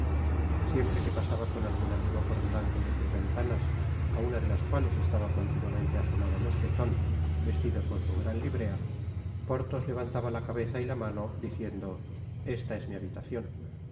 siempre que pasaba con algun amigo por delante de sus ventanas á una de las cuales estaba continuamente asomado mosqueton vestido con su gran librea porthos levantaba la cabeza y la mano diciendo esta es mi habitacion